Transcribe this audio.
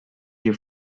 your